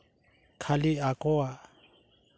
ᱠᱷᱟᱹᱞᱤ ᱟᱠᱚᱣᱟᱜ